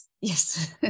Yes